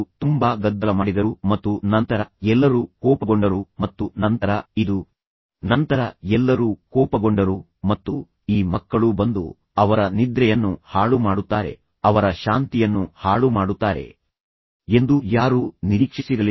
ಅವರು ತುಂಬಾ ಗದ್ದಲ ಮಾಡಿದರು ಮತ್ತು ನಂತರ ಎಲ್ಲರೂ ಕೋಪಗೊಂಡರು ಮತ್ತು ನಂತರ ಇದು ಅಂತಹ ಕಾರು ಮತ್ತು ರಾತ್ರಿಯ ಸಮಯವಾಗಿದೆ ಮತ್ತು ಈ ಮಕ್ಕಳು ಬಂದು ಅವರ ನಿದ್ರೆಯನ್ನು ಹಾಳುಮಾಡುತ್ತಾರೆ ಅವರ ಶಾಂತಿಯನ್ನು ಹಾಳುಮಾಡುತ್ತಾರೆ ಎಂದು ಯಾರೂ ನಿರೀಕ್ಷಿಸಿರಲಿಲ್ಲ